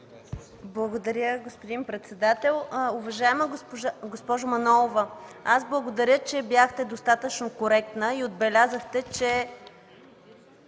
Благодаря, господин председател. Уважаема госпожо Манолова, благодаря, че бяхте достатъчно коректна и отбелязахте, че